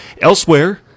Elsewhere